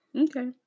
Okay